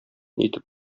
итеп